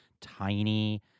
tiny